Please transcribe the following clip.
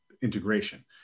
integration